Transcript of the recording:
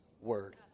word